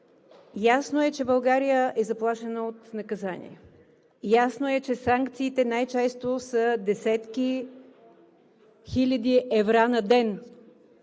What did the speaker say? ясно, че България е заплашена от наказание. Ясно е, че санкциите най-често са десетки хиляди евра на ден